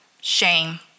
shame